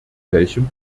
welchem